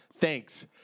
Thanks